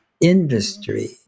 industry